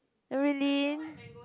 really